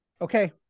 Okay